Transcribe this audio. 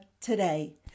today